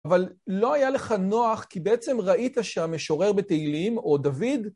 אבל לא היה לך נוח, כי בעצם ראית שהמשורר בתהילים, או דוד,